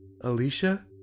Alicia